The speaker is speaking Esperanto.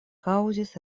kaŭzis